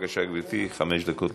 לרשותך.